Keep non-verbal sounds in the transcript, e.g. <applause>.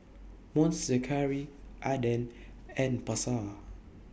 Monster Curry <noise> Aden and Pasar